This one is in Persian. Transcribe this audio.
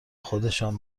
خودشان